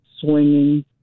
swinging